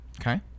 okay